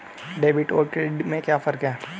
Debit और credit में क्या फर्क है?